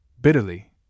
bitterly